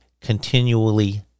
continually